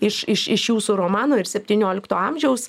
iš iš iš jūsų romano ir septyniolikto amžiaus